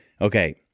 Okay